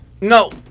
No